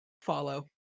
follow